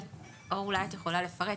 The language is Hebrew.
אור, אולי את יכולה לפרט.